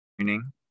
training